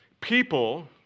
people